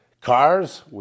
Cars